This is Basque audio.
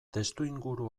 testuinguru